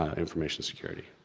ah information security.